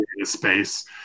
Space